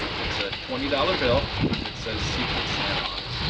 it's a twenty dollar bill and it says secrets and on it